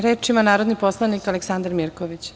Reč ima narodni poslanik Aleksandar Mirković.